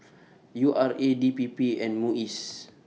U R A D P P and Muis